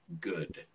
good